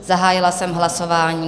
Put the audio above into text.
Zahájila jsem hlasování.